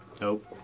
Nope